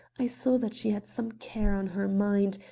i saw that she had some care on her mind,